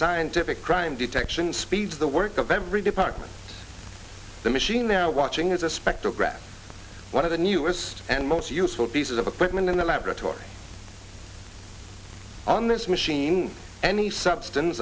scientific crime detection speeds the work of every department the machine they're watching is a spectrograph one of the newest and most useful pieces of equipment in the laboratory on this machine any substance